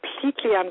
completely